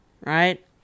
right